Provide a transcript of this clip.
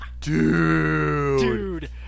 Dude